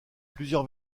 plusieurs